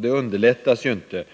Detta underlättas inte